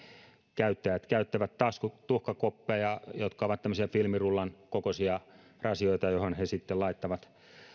käyttäjät käyttävät taskutuhkakuppeja jotka ovat tämmöisiä filmirullan kokoisia rasioita joihin he sitten laittavan